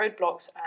roadblocks